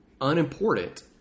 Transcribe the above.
unimportant